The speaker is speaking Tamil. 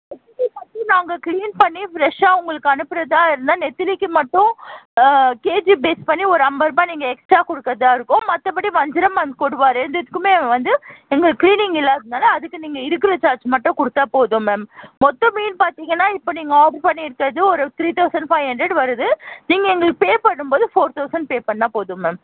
நெத்திலி மட்டும் நான் உங்களுக்கு கிளீன் பண்ணி ஃபிரஷ்ஷாக உங்களுக்கு அனுப்புகிறதா இருந்தால் நெத்திலிக்கு மட்டும் கேஜி ஃபேஸ் பண்ணி ஒரு ஐம்பது ரூபா நீங்கள் எக்ஸ்ட்ரா கொடுக்கிறதா இருக்கும் மற்றபடி வஞ்சிரம் அண்ட் கொடுவா ரெண்டுத்துக்கும் வந்து எங்களுக்கு கிளீனிங் இல்லாததுனால அதுக்கு நீங்கள் இருக்கிற சார்ஜ் மட்டும் கொடுத்தாபோதும் மேம் மொத்த மீன் பார்த்தீங்கனா இப்போ நீங்கள் ஆர்ட்ரு பண்ணியிருக்கிறது ஒரு த்ரீ தௌசண்ட் ஃபைவ் ஹன்ட்ரெடு வருது நீங்கள் எங்களுக்கு பே பண்ணும்போது ஃபோர் தௌசண்ட் பே பண்ணால் போதும் மேம்